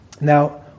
Now